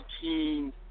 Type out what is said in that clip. team